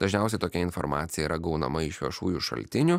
dažniausiai tokia informacija yra gaunama iš viešųjų šaltinių